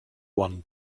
one